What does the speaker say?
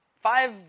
five